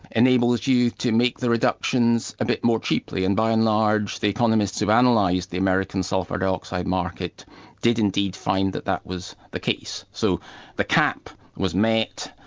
enables you to make the reductions a bit more cheaply and by and large the economists who've analysed and like the american sulphur dioxide market did indeed find that that was the case. so the cap was met,